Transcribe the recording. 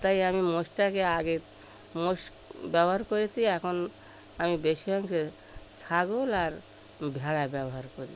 তাই আমি মোষটাকে আগে মোষ ব্যবহার করেছি এখন আমি বেশি অংশে ছাগল আর ভেড়া ব্যবহার করি